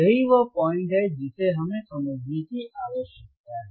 यही वह पॉइंट है जिसे हमें समझने की आवश्यकता है